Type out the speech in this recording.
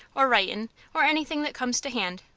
or writin' or anything that comes to hand.